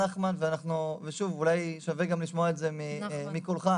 אולי שווה לשמוע את זה גם מקולך.